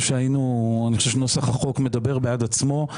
אני חושב שנוסח החוק מדבר בעד עצמו.